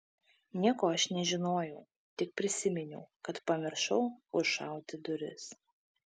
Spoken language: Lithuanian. nieko aš nežinojau tik prisiminiau kad pamiršau užšauti duris